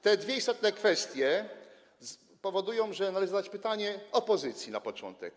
Te dwie istotne kwestie powodują, że należy zadać pytanie opozycji na początek.